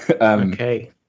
Okay